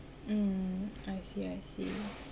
mm I see I see